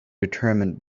determined